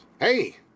Hey